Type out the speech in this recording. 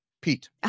Pete